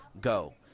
go